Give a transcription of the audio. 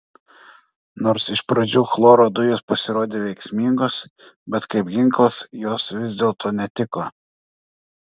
nors iš pradžių chloro dujos pasirodė veiksmingos bet kaip ginklas jos vis dėlto netiko